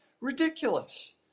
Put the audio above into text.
ridiculous